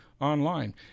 online